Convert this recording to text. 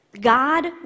God